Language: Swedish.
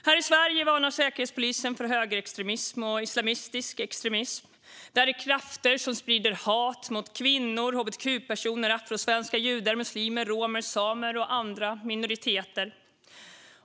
Här i Sverige varnar Säkerhetspolisen för högerextremism och islamistisk extremism. Det är krafter som sprider hat mot kvinnor, hbtq-personer, afrosvenskar, judar, muslimer, romer, samer och andra minoriteter.